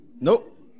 Nope